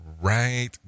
right